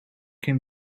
can